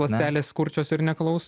ląstelės kurčios ir neklaus